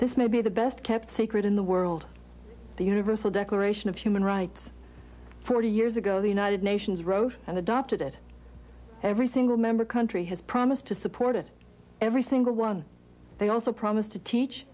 this may be the best kept secret in the world the universal declaration of human rights forty years ago the united nations wrote and adopted it every single member country has promised to support it every single one they also promised to teach